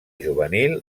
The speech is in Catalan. juvenil